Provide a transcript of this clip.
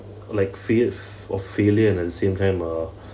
like fear of failure and at the same time uh